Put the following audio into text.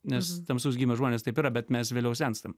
nes tamsaus gymio žmonės taip yra bet mes vėliau senstam